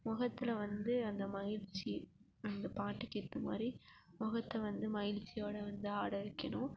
முகத்துல வந்து அந்த மகிழ்ச்சி அந்த பாட்டுக்கேற்ற மாதிரி முகத்த வந்து மகிழ்ச்சியோட வந்து ஆட வைக்கணும்